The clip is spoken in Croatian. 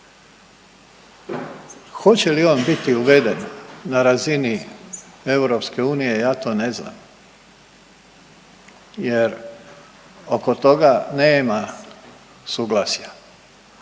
Hoće li on biti uveden na razini EU ja to ne znam jer oko toga nema suglasja.